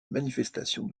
manifestations